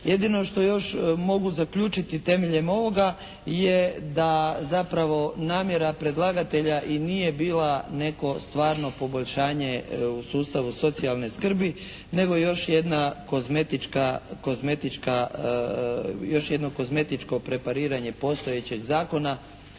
Jedino što još mogu zaključiti temeljem ovoga je da zapravo namjera predlagatelja i nije bila neko stvarno poboljšanje u sustavu socijalne skrbi, nego još jedno kozmetičko prepariranje postojećeg Zakona,